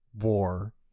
war